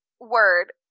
word